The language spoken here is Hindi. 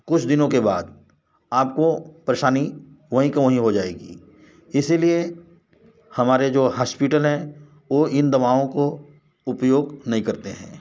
कुछ दिनों के बाद आपको परेशानी वहीं के वहीं हो जाएगी इसीलिए हमारे जो हास्पिटल हैं वो इन दवाओं को उपयोग नहीं करते हैं